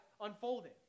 unfolding